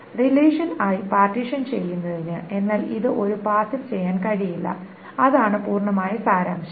relation i partition ചെയ്യുന്നതിന് എന്നാൽ ഇത് ഒരു പാസിൽ ചെയ്യാൻ കഴിയില്ല അതാണ് പൂർണമായ സാരാംശം